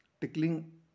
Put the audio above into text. tickling